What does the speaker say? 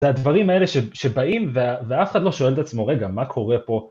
זה הדברים האלה שבאים ואף אחד לא שואל את עצמו, רגע, מה קורה פה?